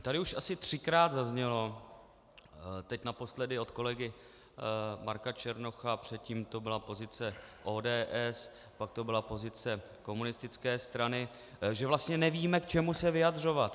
Tady už asi třikrát zaznělo, teď naposledy od kolegy Marka Černocha a předtím to byla pozice ODS, pak to byla pozice komunistické strany, že vlastně nevíme, k čemu se vyjadřovat.